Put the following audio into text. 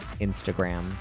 Instagram